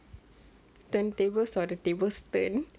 turntables or the table turn